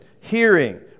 hearing